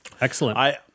Excellent